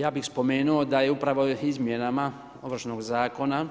Ja bih spomenuo da je upravo izmjenama Ovršnog zakona